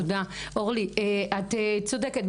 אורלי, את צודקת.